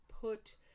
put